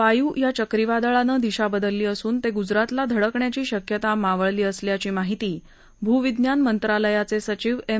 वायू या चक्रीवादळानं दिशा बदलली असून ते गूजरातला धडकण्याची शक्यता मावळली असल्याची माहिती भूविज्ञान मंत्रालयाचे सचिव एम